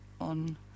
on